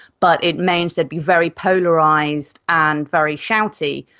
but it means they'd be very polarised and very shouty.